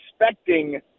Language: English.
expecting